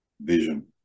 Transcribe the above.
vision